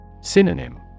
Synonym